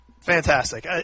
Fantastic